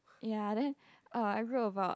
ya then uh I wrote about